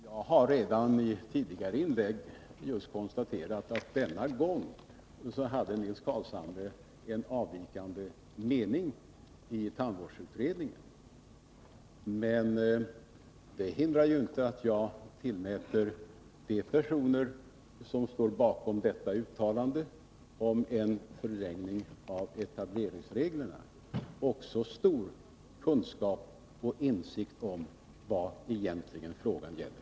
Herr talman! Jag har redan i ett tidigare inlägg konstaterat att Nils Carlshamre denna gång hade en avvikande mening i tandvårdsutredningen, men det hindrar inte att jag tillmäter också de personer som står bakom uttalandet om en förlängning av etableringsbegränsningen stor kunskap och insikt om vad frågan egentligen gäller.